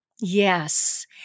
Yes